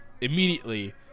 immediately